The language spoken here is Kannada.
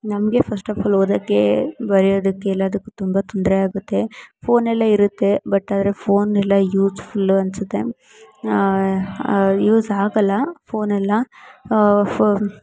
ನಮಗೆ ಫಸ್ಟ್ ಆಫ್ ಆಲ್ ಓದಕ್ಕೆ ಬರೆಯೋದಕ್ಕೆ ಎಲ್ಲದಕ್ಕೂ ತುಂಬ ತೊಂದರೆ ಆಗುತ್ತೆ ಫೋನಲ್ಲೇ ಇರುತ್ತೆ ಬಟ್ ಆದರೆ ಫೋನೆಲ್ಲ ಯೂಜ್ಫುಲ್ಲು ಅನ್ನಿಸುತ್ತೆ ಯೂಸ್ ಆಗೋಲ್ಲ ಫೋನೆಲ್ಲ ಫೋನ್